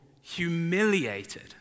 humiliated